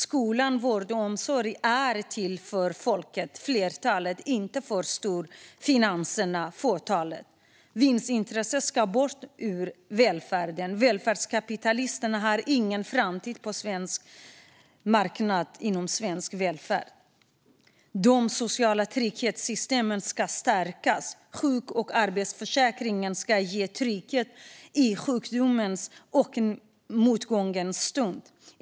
Skolan, vården och omsorgen är till för folket, flertalet, inte för storfinansen, fåtalet. Vinstintresset ska bort från välfärden. Välfärdskapitalisterna har ingen framtid på svensk marknad inom svensk välfärd. De sociala trygghetssystemen ska stärkas. Sjuk och arbetslöshetsförsäkringarna ska ge trygghet i sjukdomens och motgångens stund.